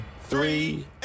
three